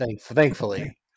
thankfully